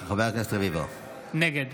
נגד